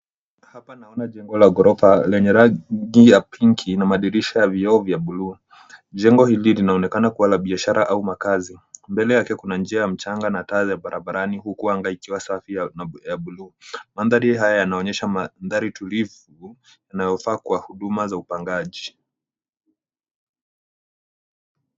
Hapa naona jengo la ghorofa lenye rangi ya pinki na madirisha ya vioo vya blue . Jengo hili linaonekana kuwa la biashara au makazi. Mbele yake kuna njia ya mchanga na taa za barabarani huku anga ikiwa safi ya blue . Mandhari haya yanaonyesha mandhari tulivu yanayofaa kwa huduma za upangaji.